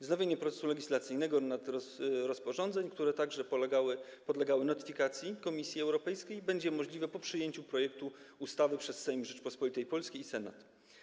Wznowienie procesu legislacyjnego rozporządzeń, które także podlegały notyfikacji Komisji Europejskiej, będzie możliwe po przyjęciu projektu ustawy przez Sejm Rzeczypospolitej Polskiej i Senat.